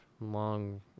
long